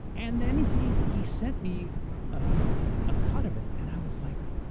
and then he he sent me a ah cut of it and i was like,